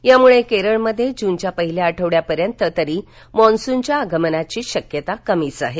यामुळे केरळमध्ये जूनच्या पहिल्या आठवड्यापर्यंत तरी मान्सूनच्या आगमनाची शक्यता कमी आहे